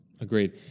Agreed